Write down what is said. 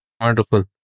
Wonderful